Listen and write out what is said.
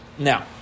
Now